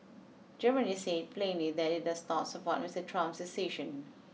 Germany said plainly that it does not support Mister Trump's decision